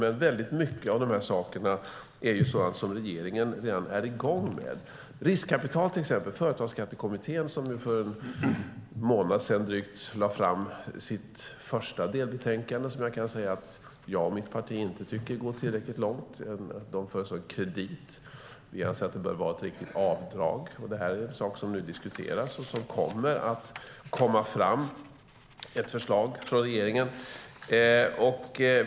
Men väldigt mycket av detta är sådant som regeringen redan är i gång med. Beträffande riskkapital lade till exempel Företagsskattekommittén för drygt en månad sedan fram sitt första delbetänkande, som jag kan säga att jag och mitt parti inte tycker går tillräckligt långt. De föreslår en kredit, men vi anser att det bör vara ett riktigt avdrag. Det är en sak som nu diskuteras, och det kommer ett förslag från regeringen.